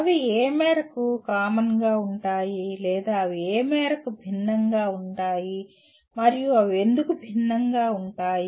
అవి ఏ మేరకు కామన్గా ఉంటాయి లేదా అవి ఏ మేరకు భిన్నంగా ఉంటాయి మరియు అవి ఎందుకు విభిన్నంగా ఉంటాయి